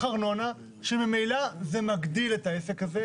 ארנונה שממילא זה מגדיל את העסק הזה.